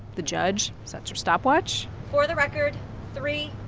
the judge sets her stopwatch for the record three,